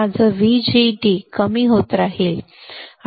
माझा VGD सहज कमी होत राहील